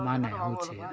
ମାନ ହଉଛେ